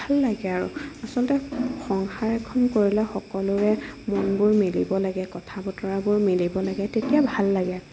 ভাল লাগে আৰু আচলতে সংসাৰ এখন কৰিলে সকলোৰে মনবোৰ মিলিব লাগে কথা বতৰাবোৰ মিলিব লাগে তেতিয়া ভাল লাগে